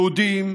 יהודים,